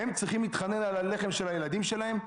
הם צריכים להתחנן על הלחם של הילדים שלהם?